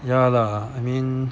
ya lah I mean